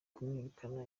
kumwirukana